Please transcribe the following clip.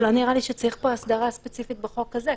לא נראה לי שצריך הסדרה ספציפית בחוק הזה.